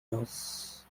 news